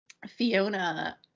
Fiona